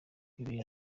bibiri